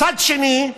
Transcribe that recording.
מצד שני,